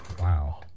wow